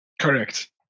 Correct